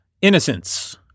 innocence